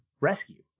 rescue